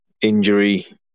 injury